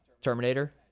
Terminator